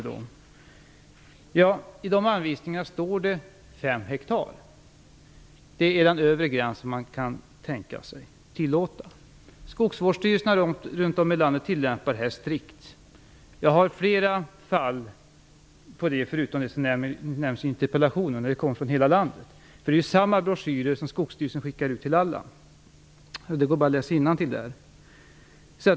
I Skogsstyrelsens anvisningar om hur stora arealer som kan skyddas genom biotopskyddet står det 5 hektar. Det är den övre gräns man kan tänka sig att tillåta. Skogsvårdsstyrelserna runt om i landet tillämpar detta strikt. Jag har flera exempel på detta, förutom det som nämns i interpellationen, och de kommer från hela landet. Skogsstyrelsen skickar ju ut samma broschyrer till alla. Det går bra att läsa innantill där.